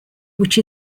which